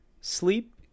Sleep